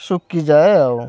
ଶୁଖିଯାଏ ଆଉ